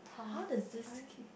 how does this